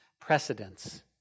precedence